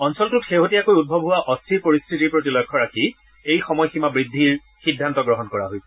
অঞ্চলটোত শেহতীয়াকৈ উদ্ভৱ হোৱা অস্থিৰ পৰিস্থিতিৰ প্ৰতি লক্ষ্য ৰাখি এই সময়সীমা বৃদ্ধিৰ সিদ্ধান্ত গ্ৰহণ কৰা হৈছে